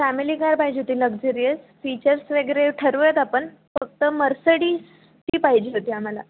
family car पाहिजे होती luxurious features वगैरे ठरवूयात आपण फक्त मर्सिडीजची पाहिजे होती आम्हाला